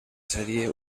serie